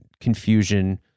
confusion